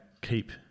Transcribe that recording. keep